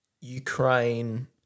Ukraine